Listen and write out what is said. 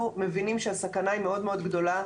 אנחנו מבינים שהסכנה היא מאוד מאוד גדולה,